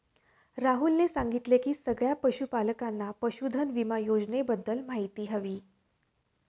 राहुलने सांगितले की सगळ्या पशूपालकांना पशुधन विमा योजनेबद्दल माहिती हवी